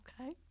Okay